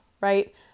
right